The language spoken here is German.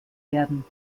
werden